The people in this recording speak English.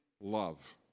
love